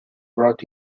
brought